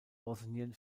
bosnien